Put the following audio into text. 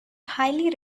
highly